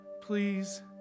Please